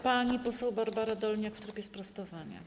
Pani poseł Barbara Dolniak w trybie sprostowania.